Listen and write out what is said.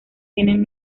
tienen